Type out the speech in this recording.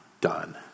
done